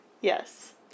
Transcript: Yes